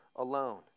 alone